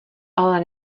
ale